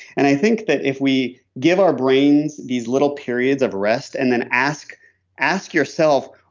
and i think that if we give our brains these little periods of rest, and then ask ask yourself,